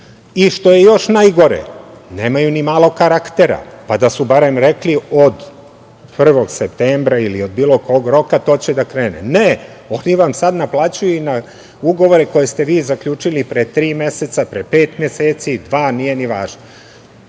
I što je još najgore, nemaju ni malo karaktera, da su barem rekli od 1. septembra, ili od bilo kog oktobra, roka, to će da krene. Ne, oni vam sad to naplaćuju i na ugovore koje ste vi zaključili i pre tri meseca, pre pet meseci, pre dva, nije ni važno. To